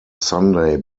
sunday